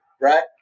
right